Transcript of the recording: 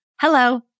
hello